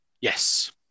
Yes